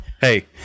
Hey